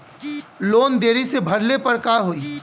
Loan देरी से भरले पर का होई?